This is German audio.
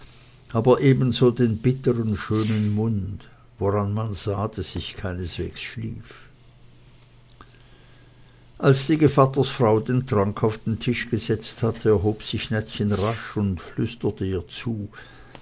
aber ebenso den bittern schönen mund woran man sah daß sie keineswegs schlief als die gevattersfrau den trank auf den tisch gesetzt hatte erhob sich nettchen rasch und flüsterte ihr zu